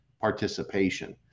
participation